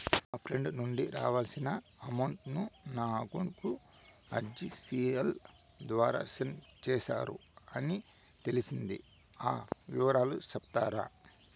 నా ఫ్రెండ్ నుండి రావాల్సిన అమౌంట్ ను నా అకౌంట్ కు ఆర్టిజియస్ ద్వారా సెండ్ చేశారు అని తెలిసింది, ఆ వివరాలు సెప్తారా?